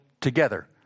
together